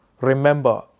remember